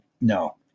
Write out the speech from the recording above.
no